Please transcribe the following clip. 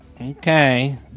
Okay